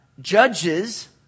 judges